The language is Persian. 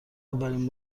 اولین